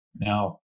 now